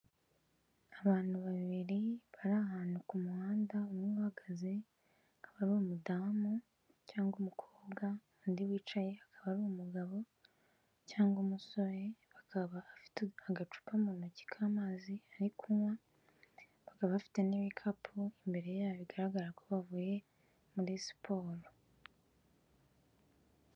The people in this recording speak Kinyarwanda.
Abantu babiri bari ahantu ku muhanda, umwe uhagaze akaba ari umudamu cyangwa umukobwa, undi wicaye akaba ari umugabo cyangwa umusore, bakaba bafite agacupa mu ntoki k'amazi bari kunywa, bakaba bafite n'ibikapu imbere yabo bigaragara ko bavuye muri siporo.